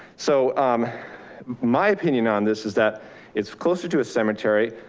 so um my opinion on this is that it's closer to a cemetery.